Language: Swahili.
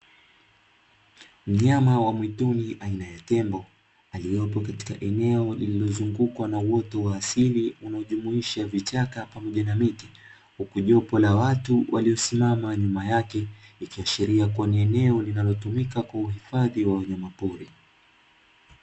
Mnyama wa mwituni aina ya tembo aliyepo katika eneo lililozungukwa na uoto wa asili unaojumuisha vichaka pamoja na miti. Huku jopo la watu waliosimama nyuma yake, ikiashiria kuwa ni eneo linalotumika kwa uhifadhi wa wanyamapori.